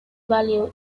value